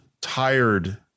tired